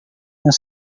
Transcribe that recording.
yang